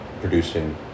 producing